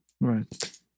Right